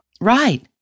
Right